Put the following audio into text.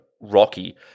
Rocky